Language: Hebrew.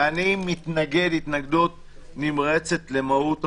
ואני מתנגד התנגדות נמרצת למהות החוק,